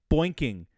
Boinking